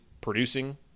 producing